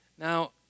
Now